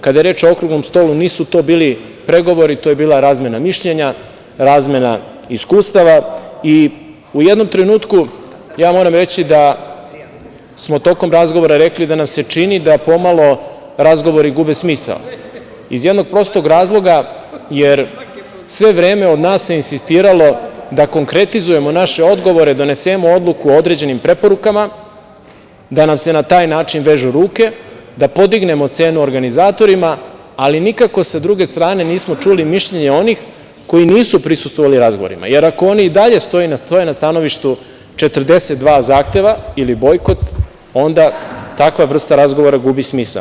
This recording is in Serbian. Kada je reč o okruglom stolu, nisu to bili pregovori, to je bila razmena mišljenja, razmena iskustava i u jednom trenutku, moram reći da smo tokom razgovora rekli da nam se čini da pomalo razgovore gube smisao iz jednog prostog razloga, jer se sve vreme od nas insistiralo da konkretizujemo naše odgovore, da donesemo odluku o određenim preporukama, da nam se na taj način vežu ruke, da podignemo cenu organizatorima, ali nikako sa druge strane nismo čuli mišljenje onih koji nisu prisustvovali razgovorima, jer ako oni i dalje stoje na stanovištu 42 zahteva ili bojkot, onda takva vrsta razgovora gubi smisao.